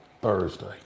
thursday